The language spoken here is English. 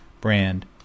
brand